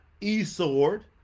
eSword